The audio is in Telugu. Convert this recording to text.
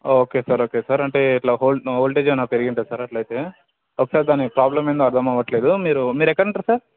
ఓకే సార్ ఓకే సార్ అంటే ఇట్లా వోల్ వోల్టేజ్ ఏమన్న పెరిగిందా సార్ అట్లయితే ఒకసారి దాన్ని ప్రోబ్లం ఏందో అర్థం అవ్వట్లేదు మీరు మీరు ఎక్కడ ఉంటారు సార్